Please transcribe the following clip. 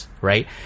right